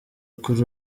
kuri